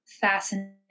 fascinating